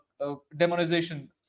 demonization